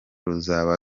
ruzaba